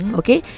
okay